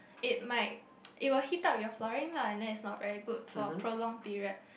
it might it will heat up your flooring lah then is not very good for prolonged period